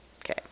Okay